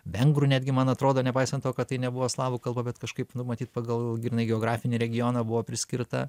vengrų netgi man atrodo nepaisant to kad tai nebuvo slavų kalba bet kažkaip numatyt pagal grynai geografinį regioną buvo priskirta